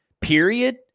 period